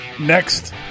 Next